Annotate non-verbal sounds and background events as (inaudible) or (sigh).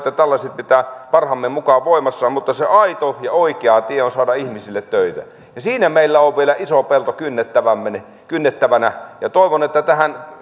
(unintelligible) ja tällaiset pitää parhaamme mukaan voimassa mutta se aito ja oikea tie on saada ihmisille töitä siinä meillä on vielä iso pelto kynnettävänä ja toivon että tähän (unintelligible)